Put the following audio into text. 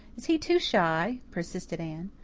is he too shy? persisted anne.